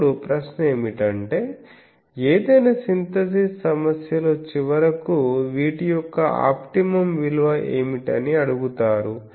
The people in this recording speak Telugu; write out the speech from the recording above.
ఇప్పుడు ప్రశ్న ఏమిటంటే ఏదైనా సింథసిస్ సమస్యలో చివరకు వీటి యొక్క ఆప్టిమమ్ విలువ ఏమిటని అడుగుతారు